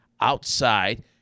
outside